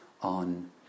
on